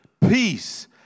peace